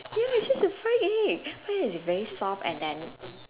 ya it's just a fried egg where it's very soft and then